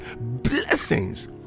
blessings